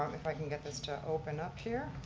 um if i can get this to open up here.